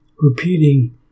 repeating